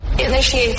Initiate